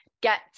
get